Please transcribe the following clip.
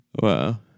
Wow